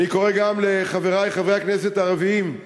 אני קורא גם לחברי חברי הכנסת הערבים,